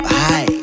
hi